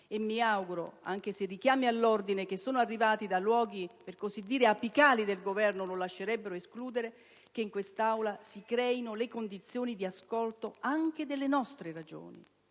e mi auguro - anche se i richiami all'ordine che sono arrivati da luoghi apicali del Governo lo lascerebbero escludere - che in quest'Aula si creino le condizioni di ascolto anche delle nostre ragioni,